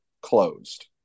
closed